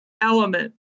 element